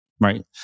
right